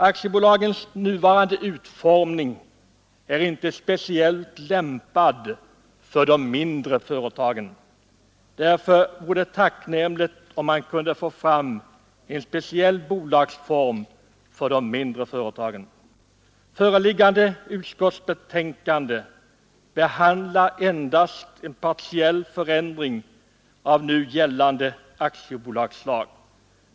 Aktiebolagens nuvarande utformning är inte speciellt lämpad för de mindre företagen. Därför vore det tacknämligt om man kunde få fram en speciell bolagsform för dem. Föreliggande utskottsbetänkande behandlar endast partiell förändring av nu gällande aktiebolagslag.